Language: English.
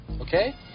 okay